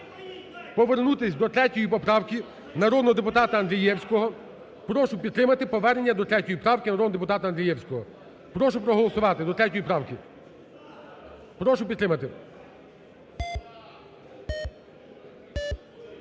повернутись до 3 поправки народного депутата Андрієвського. Прошу підтримати повернення до 3 правки народного депутата Андрієвського. Прошу проголосувати. До 3 правки. Прошу підтримати.